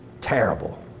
terrible